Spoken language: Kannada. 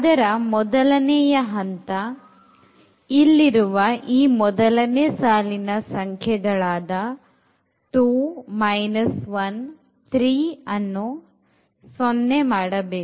ಅದರ ಮೊದಲನೆಯ ಹಂತ ಇಲ್ಲಿರುವ ಈ ಮೊದಲನೇ ಸಾಲಿನ ಸಂಖ್ಯೆಗಳಾದ 2 1 3 ಅನ್ನು 0 ಮಾಡಬೇಕು